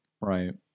right